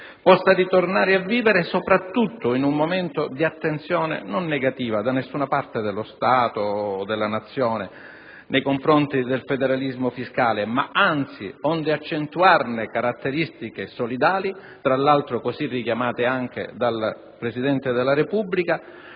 possa ritornare a vivere soprattutto in un momento di attenzione non negativa da nessuna parte dello Stato o della Nazione nei confronti del federalismo fiscale. Anzi, onde accentuarne caratteristiche solidali, tra l'altro così richiamate anche dal Presidente della Repubblica,